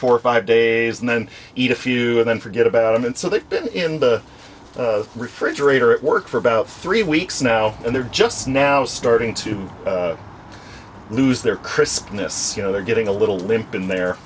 four or five days and then eat a few and then forget about them and so they've been in the refrigerator at work for about three weeks now and they're just now starting to lose their crispness you know they're getting a little limp in the